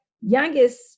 youngest